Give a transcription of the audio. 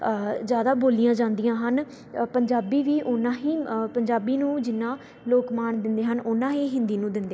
ਜ਼ਿਆਦਾ ਬੋਲੀਆਂ ਜਾਂਦੀਆਂ ਹਨ ਅ ਪੰਜਾਬੀ ਵੀ ਉਨਾ ਹੀ ਪੰਜਾਬੀ ਨੂੰ ਜਿੰਨਾ ਲੋਕ ਮਾਣ ਦਿੰਦੇ ਹਨ ਉਨਾ ਹੀ ਹਿੰਦੀ ਨੂੰ ਦਿੰਦੇ